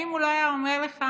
אם הוא לא היה אומר לך